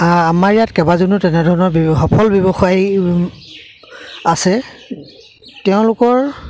আমাৰ ইয়াত কেইবাজনো তেনেধৰণৰ সফল ব্যৱসায় আছে তেওঁলোকৰ